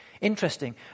Interesting